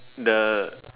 the